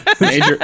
Major